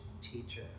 teacher